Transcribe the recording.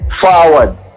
forward